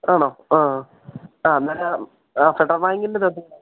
ആണോ ആ ആ അന്നേരം ആ ഫെഡറൽ ബാങ്കിൻ്റെ തൊട്ട് ഇപ്പുറം